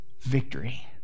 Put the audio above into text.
victory